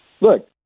look